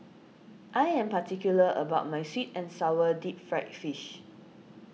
I am particular about my Sweet and Sour Deep Fried Fish